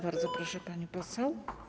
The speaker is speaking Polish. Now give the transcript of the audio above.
Bardzo proszę, pani poseł.